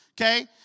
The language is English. okay